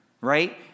right